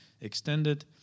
extended